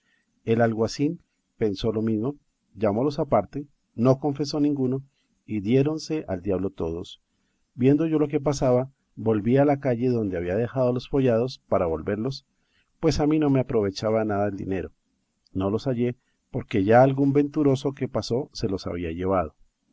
el alguacil pensó lo mismo llamólos aparte no confesó ninguno y diéronse al diablo todos viendo yo lo que pasaba volví a la calle donde había dejado los follados para volverlos pues a mí no me aprovechaba nada el dinero no los hallé porque ya algún venturoso que pasó se los había llevado